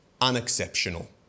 unexceptional